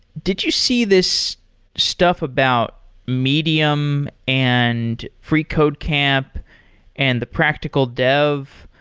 did you see this stuff about medium and freecodecamp and the practical dev?